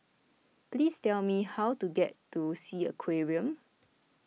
please tell me how to get to Sea Aquarium